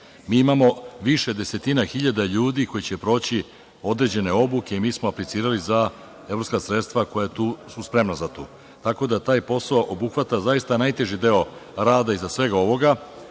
Mi imamo više desetina hiljada ljudi koji će proći određene obuke i mi smo aplicirali za evropska sredstva koja su spremna za to. Tako da taj posao obuhvata zaista najteži deo rada iza svega ovoga,